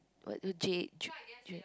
what to J J